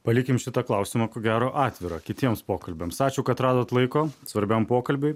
palikim šitą klausimą ko gero atvirą kitiems pokalbiams ačiū kad radot laiko svarbiam pokalbiui